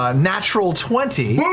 um natural twenty.